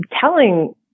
telling